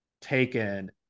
taken